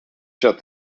shut